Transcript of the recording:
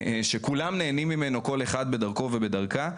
שכולם נהנים ממנו כל אחד בדרכו ובדרכה.